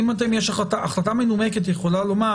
החלטה מנומקת יכולה לומר: